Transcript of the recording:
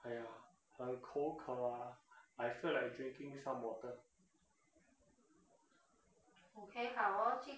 !aiya! 很口渴啊 I feel like drinking some water